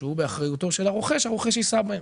שהוא באחריותו של הרוכש הרוכש יישא בהן.